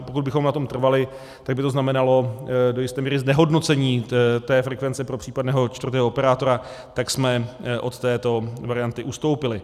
Pokud bychom na tom trvali, tak by to znamenalo do jisté míry znehodnocení frekvence pro případného čtvrtého operátora, tak jsme od této varianty ustoupili.